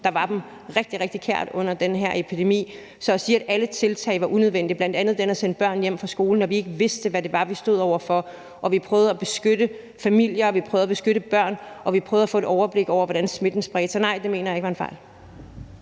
der var dem rigtig, rigtig kær. Så i forhold til det med, at alle tiltag var unødvendige – bl.a. det at sende børn hjem fra skole, når vi ikke vidste, hvad det var, vi stod over for, og det, at vi prøvede at beskytte familier, prøvede at beskytte børn og prøvede at få et overblik over, hvordan smitten spredte sig – vil jeg sige: Nej, det mener jeg ikke var en fejl.